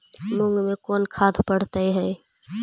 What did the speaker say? मुंग मे कोन खाद पड़तै है?